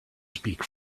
speak